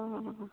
অঁ অঁ